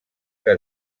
que